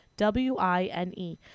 W-I-N-E